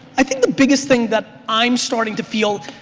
i think the biggest thing that i'm starting to feel,